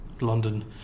London